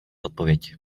odpověď